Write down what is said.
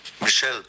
Michelle